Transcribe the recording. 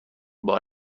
بار